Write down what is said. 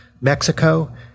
Mexico